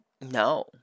no